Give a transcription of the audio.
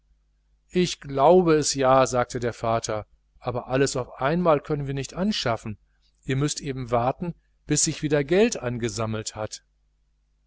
ich glaube es ja sagte der vater aber alles auf einmal können wir nicht anschaffen ihr müßt eben warten bis sich wieder geld angesammelt hat